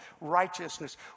righteousness